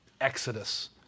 Exodus